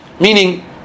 meaning